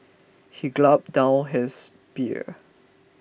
he gloped down his beer